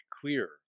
clear